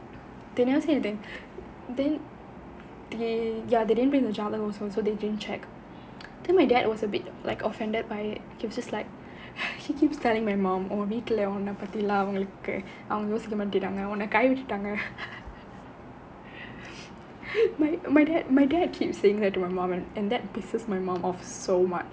they never say anything then they ya they didn't bring the jathakam also they didn't check then my dad was a bit like offended by it he just like she keeps telling my mum உன் வீட்டுல உன்ன பத்திலாம் அவங்களுக்கு அவங்க யோசிக்க மாட்டேங்குறாங்க அவங்க உன்னை கை விட்டுட்டாங்க:un veetula unna pathilaam avangalukku avanga yosikka maattaenguraanga avanga unna kai vittuttaanga my my dad my dad keep saying that to my mum and that pisses my mum off so much